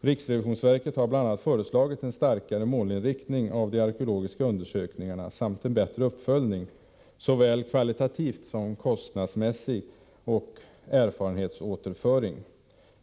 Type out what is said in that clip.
Riksrevisionsverket har bl.a. föreslagit en starkare målinriktning för de arkeologiska undersökningarna samt en bättre uppföljning — såväl kvalitativt som kostnadsmässigt — och erfarenhetsåterföring.